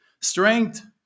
Strength